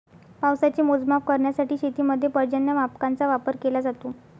पावसाचे मोजमाप करण्यासाठी शेतीमध्ये पर्जन्यमापकांचा वापर केला जातो